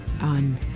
on